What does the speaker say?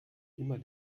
immer